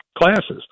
classes